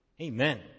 amen